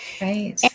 Right